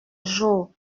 jour